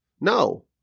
No